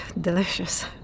delicious